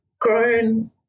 grown